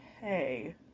hey